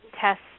test